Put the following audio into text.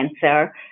cancer